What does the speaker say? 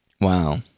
wow